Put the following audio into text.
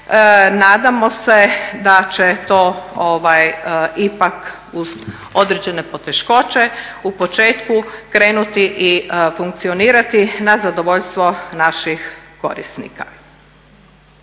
Nadamo se da će to ipak uz određene poteškoće u početku krenuti i funkcionirati na zadovoljstvo naših korisnika.